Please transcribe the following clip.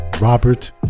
Robert